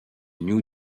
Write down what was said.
new